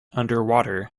underwater